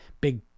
big